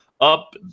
up